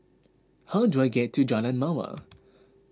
how do I get to Jalan Mawar